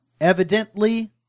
evidently